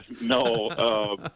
no